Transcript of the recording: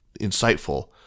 insightful